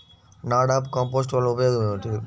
NADEP compost వలన ఉపయోగం ఏమిటి?